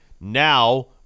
Now